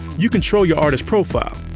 you control your artist profile,